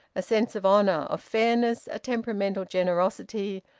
a sense of honour, of fairness, a temperamental generosity,